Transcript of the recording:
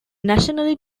nationally